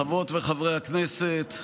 חברות וחברי הכנסת,